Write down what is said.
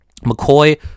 McCoy